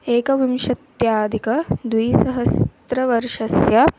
एकविंशत्यधिकद्विसहस्रवर्षस्य